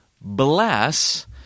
bless